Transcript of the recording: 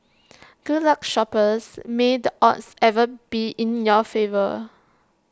good luck shoppers may the odds ever be in your favour